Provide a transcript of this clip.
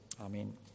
Amen